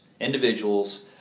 individuals